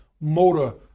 motor